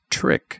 Trick